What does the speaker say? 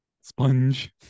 Sponge